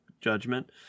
judgment